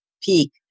peak